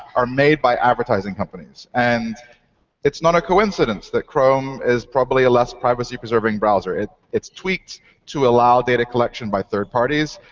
are made by advertising companies. and it's not a coincidence that chrome is probably a less privacy-preserving browser. it's tweaked to allow data collection by third parties.